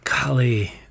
Golly